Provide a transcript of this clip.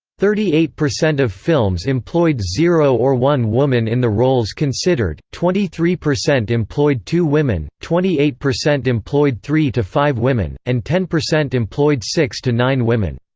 thirty eight of films employed zero or one woman in the roles considered, twenty three percent employed two women, twenty eight percent employed three to five women, and ten percent employed six to nine women.